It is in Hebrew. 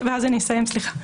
ואסיים.